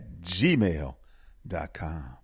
gmail.com